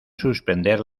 suspender